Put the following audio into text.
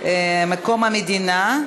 מקום המדינה),